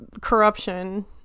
corruption